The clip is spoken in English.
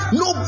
no